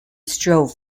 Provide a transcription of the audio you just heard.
strove